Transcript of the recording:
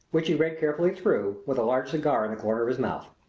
which he read carefully through, with a large cigar in the corner of his mouth.